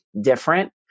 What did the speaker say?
different